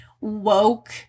woke